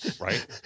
right